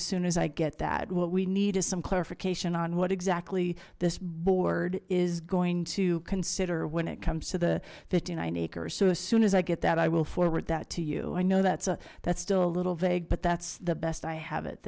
as soon as i get that what we need is some clarification on what exactly this board is going to consider when it comes to the fifty nine acres so as soon as i get that i will forward that to you i know that's a that's still a little vague but that's the best i have